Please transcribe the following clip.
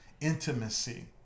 intimacy